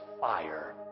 fire